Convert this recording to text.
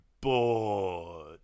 bored